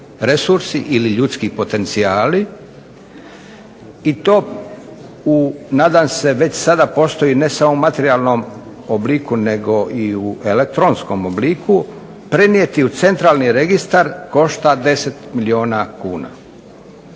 resursi ili ljudski potencijali, i to u nadam se već sada postoji ne samo materijalnom obliku, nego i u elektronskom obliku prenijeti u centralni registar košta 10 milijuna kuna.